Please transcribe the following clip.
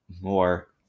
More